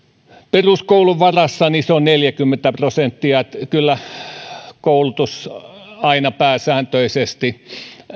peruskoulun varassa neljäkymmentä prosenttia kyllä koulutus aina pääsääntöisesti